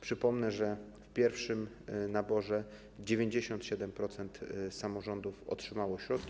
Przypomnę, że w pierwszym naborze 97% samorządów otrzymało środki.